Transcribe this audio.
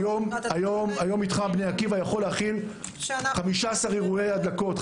היום מתחם בני עקיבא יכול להכיל 15 אירועי הדלקות,